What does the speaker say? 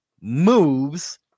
moves